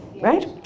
right